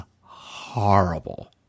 horrible